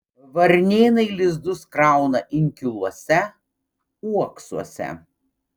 varnėnai lizdus krauna inkiluose uoksuose